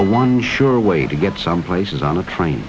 the one sure way to get some places on a train